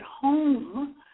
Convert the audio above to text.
home